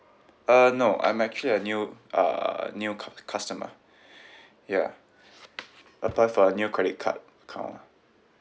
uh no I'm actually a new uh new cu~ customer ya apply for a new credit card account lah